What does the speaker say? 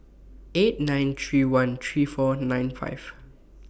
eight nine three one three four nine five